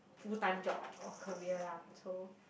full time job or career lah so